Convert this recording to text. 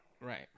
Right